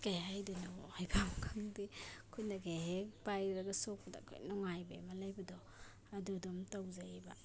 ꯀꯔꯤ ꯍꯥꯏꯗꯣꯏꯅꯣ ꯍꯥꯏꯐꯝ ꯈꯪꯗꯦ ꯈꯨꯠꯅꯒ ꯍꯦꯛ ꯄꯥꯏꯔꯒ ꯁꯣꯛꯄꯗ ꯑꯩꯈꯣꯏ ꯅꯨꯡꯉꯥꯏꯕ ꯑꯃ ꯂꯩꯕꯗꯣ ꯑꯗꯨ ꯑꯗꯨꯝ ꯇꯧꯖꯩꯑꯕ